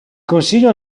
consiglio